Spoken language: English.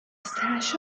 sash